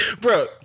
Bro